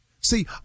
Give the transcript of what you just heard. See